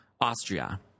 Austria